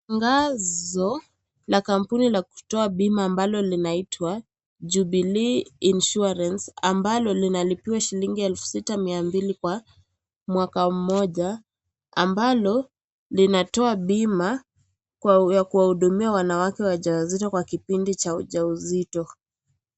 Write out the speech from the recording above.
Ngazo la kampuni la kutoka bima ambalo linaitwa jubilee insurance , ambalo linalipiwa shilingi elfu sita mia mbili kwa mwaka mmoja, ambalo linatoa bima kwa ya kuhudumia wanawake wajawazito kwa kipindi cha ujauzito.